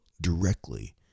directly